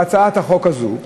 בהצעת החוק הזאת,